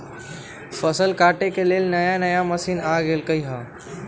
फसल काटे के लेल नया नया मशीन आ गेलई ह